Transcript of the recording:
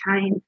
time